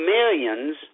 millions